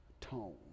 tone